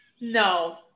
No